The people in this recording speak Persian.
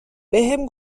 بهم